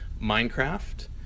Minecraft